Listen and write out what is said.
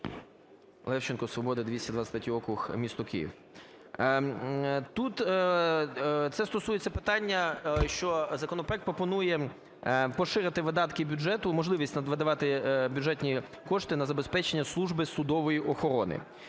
Левчеко, "Свобода", 223 округ, місто Київ. Тут це стосується питання, що законопроект пропонує поширити видатки бюджету, можливість надавати бюджетні кошти на забезпечення Служби судової охорони.